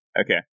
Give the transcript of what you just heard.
Okay